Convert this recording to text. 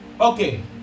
Okay